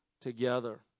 together